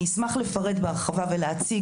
אני אשמח לפרט בהרחבה ולהציג,